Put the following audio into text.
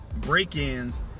break-ins